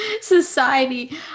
society